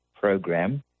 program